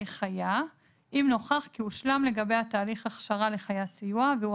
חיה אם נוכח כי הושלם לגביה תהליך הכשרה לחיית סיוע והוא